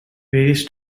various